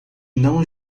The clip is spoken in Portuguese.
não